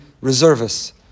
reservists